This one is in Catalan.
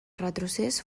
retrocés